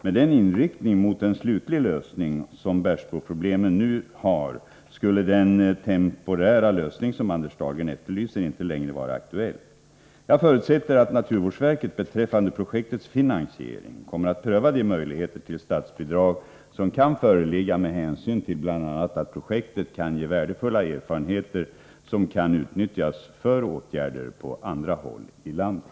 Med den inriktning mot en slutlig lösning som Bersboproblemen nu har skulle den temporära lösning som Anders Dahlgren efterlyser inte längre vara aktuell. Jag förutsätter att naturvårdsverket beträffande projektets finansiering kommer att pröva de möjligheter till statsbidrag som kan föreligga med hänsyn till bl.a. att projektet kan ge värdefulla erfarenheter, som kan utnyttjas för åtgärder på andra håll i landet.